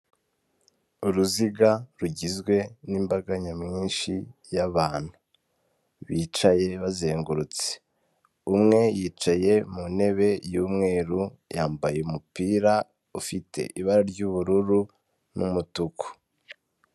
Uruziga rugizwe n'imbaga nyamwinshi y'abantu bicaye bazengurutse, umwe yicaye mu ntebe y'umweru yambaye umupira ufite ibara ry'ubururu n'umutuku.